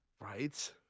Right